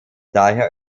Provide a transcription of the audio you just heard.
daher